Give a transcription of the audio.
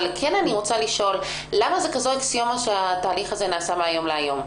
אני כן רוצה לשאול למה זאת כזאת אקסיומה שהתהליך הזה נעשה מהיום להיום.